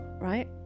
right